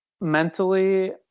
Mentally